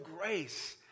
grace